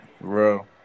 Bro